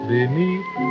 Beneath